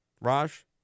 Raj